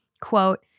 quote